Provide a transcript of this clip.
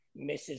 Mrs